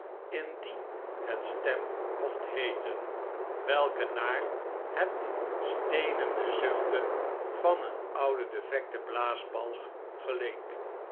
indien het stem mocht heeten welke naar het stenende zuchten van een ouden defecten blaasbalg geleek